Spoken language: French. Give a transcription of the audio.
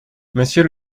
monsieur